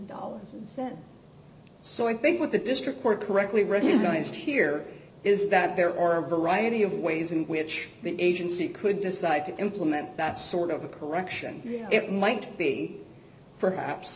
dollars so i think what the district court correctly recognized here is that there are a variety of ways in which the agency could decide to implement that sort of a correction it might be perhaps